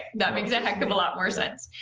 that makes a heck of a lot more sense.